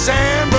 San